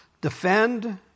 Defend